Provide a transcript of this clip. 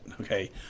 Okay